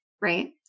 right